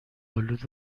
آلود